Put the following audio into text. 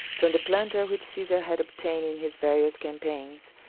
from the plunder which caesar had obtained in his various campaigns,